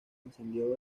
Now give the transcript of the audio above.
encendió